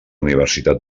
universitat